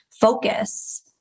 focus